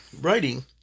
writing